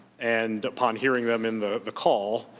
and upon hearing them in the the call,